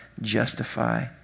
justify